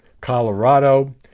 Colorado